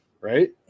right